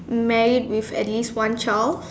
married with at least one child